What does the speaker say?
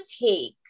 take